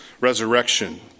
resurrection